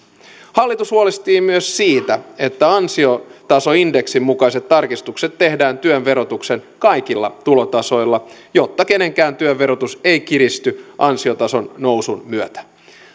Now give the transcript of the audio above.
hallitus huolehtii myös siitä että ansiotasoindeksin mukaiset tarkistukset tehdään työn verotuksen kaikilla tulotasoilla jotta kenenkään työn verotus ei kiristy ansiotason nousun myötä